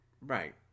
Right